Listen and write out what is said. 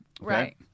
Right